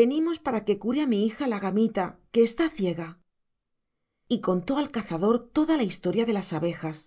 venimos para que cure a mi hija la gamita que está ciega y contó al cazador toda la historia de las abejas